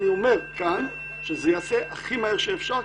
אני אומר כאן שזה ייעשה הכי מהר שאפשר,